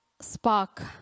spark